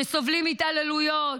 שסובלים התעללויות.